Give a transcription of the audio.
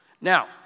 Now